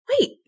wait